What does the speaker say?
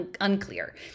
unclear